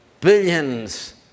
Billions